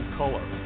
color